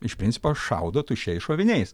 iš principo šaudo tuščiais šoviniais